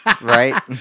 Right